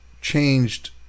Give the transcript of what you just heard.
changed